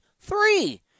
three